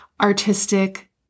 artistic